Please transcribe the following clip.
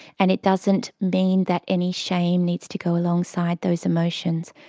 and it doesn't mean that any shame needs to go alongside those emotions.